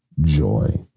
joy